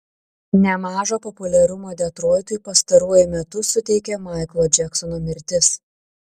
nemažo populiarumo detroitui pastaruoju metu suteikė maiklo džeksono mirtis